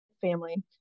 family